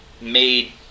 made